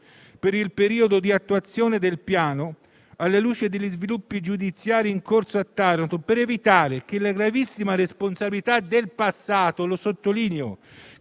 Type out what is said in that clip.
per il periodo di attuazione del piano, alla luce degli sviluppi giudiziari in corso a Taranto, per evitare che le gravissime responsabilità del passato - che, lo sottolineo,